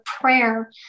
prayer